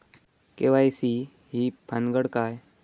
KYC ही भानगड काय?